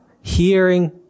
Hearing